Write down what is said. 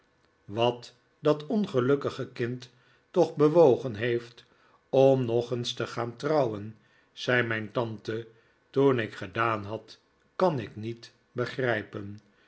wat dat ongelukkige kind toch bewogen heeft om nog eens te gaan trouwen zei mijn tante toen ik gedaan had kan ik niet begrijpen